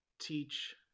teach